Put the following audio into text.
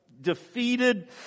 Defeated